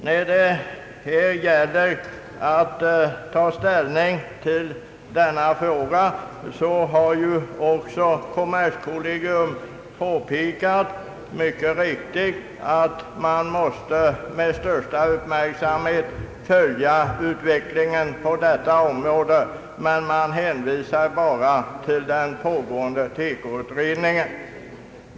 Kommerskollegium har mycket riktigt påpekat att utvecklingen på detta område måste följas med största uppmärksamhet men hänvisar bara till den pågående TEKO-utredningen.